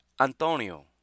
Antonio